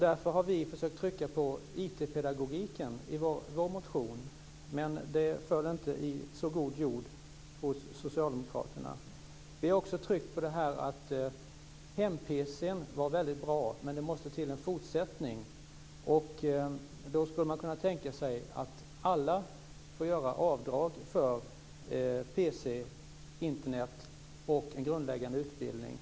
Därför har vi i vår motion försökt att betona IT-pedagogiken, men det föll inte i så god jord hos socialdemokraterna. Vi har också tryckt på att hem-pc är väldigt bra, men det måste till en fortsättning. Då skulle man kunna tänka sig att alla får göra avdrag för pc, Internet och en grundläggande utbildning.